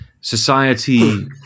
society